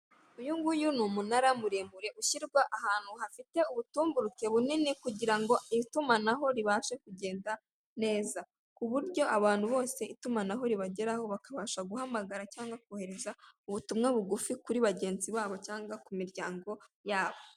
Uyunguyu ni umunara muremure ushyirwa ahantu hafite ubutumburuke bunini kugirango itumanaho ribashe kugenda neza, kuburyo abantu bose itumanaho ribageraho bakabasha guhamagara cyangwa kohereza ubutumwa bugufi kuri bagenzi babo cyangwa kumiryango yabo.